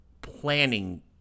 planning